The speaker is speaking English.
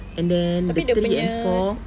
and then the three and four